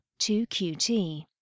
2QT